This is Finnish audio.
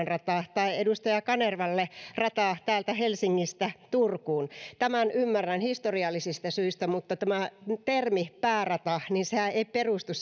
rata tai edustaja kanervalle se on rata täältä helsingistä turkuun tämän ymmärrän historiallisista syistä mutta tämä termi päärata ei perustu